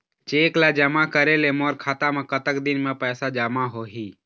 Cheque ला जमा करे ले मोर खाता मा कतक दिन मा पैसा जमा होही?